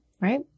right